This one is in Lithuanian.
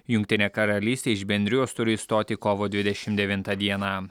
jungtinė karalystė iš bendrijos turi išstoti kovo dvidešim devintą dieną